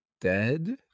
dead